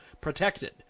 Protected